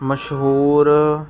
ਮਸ਼ਹੂਰ